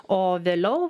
o vėliau